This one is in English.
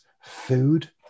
food